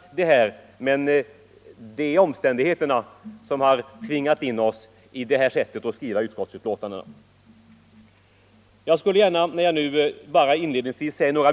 20 maj 1975 Men omständigheterna har tvingat oss till att skriva utskottsbetänkandena på detta sätt. Vuxenutbildningen, Jag skulle sedan bara helt kort vilja säga några